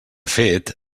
fet